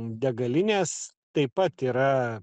degalinės taip pat yra